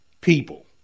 people